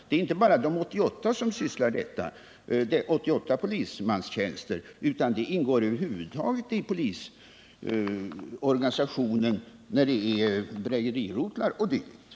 Det är inte bara de 88 polismanstjänsterna som är avsedda för arbetet, utan det ingår över huvud taget i de uppgifter som åvilar bedrägerirotlar o. d. inom polisorganisationen.